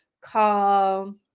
call